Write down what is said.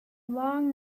long